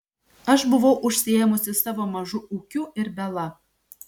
aš buvau užsiėmusi savo mažu ūkiu ir bela